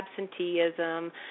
absenteeism